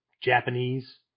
Japanese